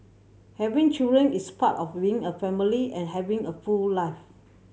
having children is part of being a family and having a full life